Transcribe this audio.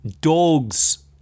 dogs